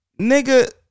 nigga